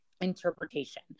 interpretation